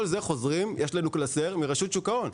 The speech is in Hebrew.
כל אלה חוזרים, יש לנו קלסר, מרשות שוק ההון.